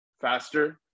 faster